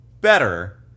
better